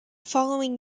following